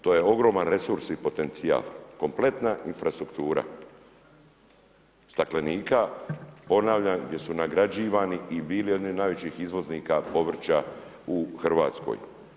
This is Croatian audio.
To je ogroman resurs i potencijal, kompletna infrastruktura staklenika ponavljam gdje su nagrađivani i bili jedni od najvećih izvoznika povrća u Hrvatskoj.